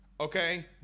okay